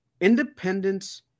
Independence